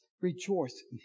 Rejoice